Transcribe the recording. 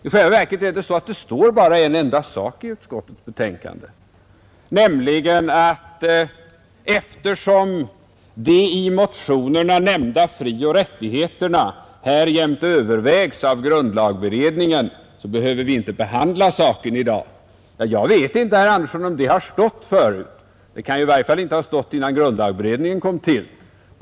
I själva verket är den det enda som står i årets betänkande, nämligen att eftersom de i motionerna nämnda frioch rättigheterna övervägs av grundlagberedningen behöver vi inte behandla frågan i dag. Jag vet inte, herr Andersson i Stockholm, om det har stått förut — det kan i varje fall inte ha gjort det innan grundlagberedningen kom till.